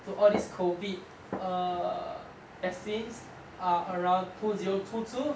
to all these COVID err vaccines are around two zero two two